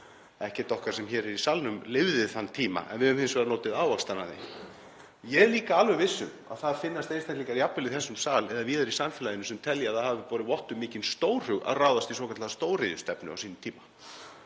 Ekkert okkar sem hér erum í salnum lifði þann tíma en við höfum hins vegar notið ávaxtanna af því. Ég er líka alveg viss um að það finnast einstaklingar, jafnvel í þessum sal eða víðar í samfélaginu, sem telja að það hafi borið vott um mikinn stórhug að ráðast í svokallaða stóriðjustefnu á sínum tíma.